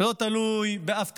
שלא תלוי באף טייקון,